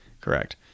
correct